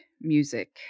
music